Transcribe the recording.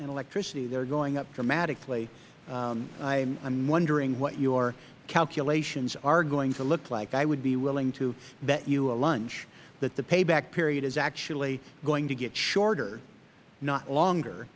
and electricity that are going up dramatically i am wondering what your calculations are going to look like i would be willing to bet you a lunch that the payback period is actually going to get shorter not